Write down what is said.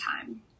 time